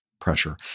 pressure